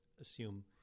assume